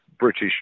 British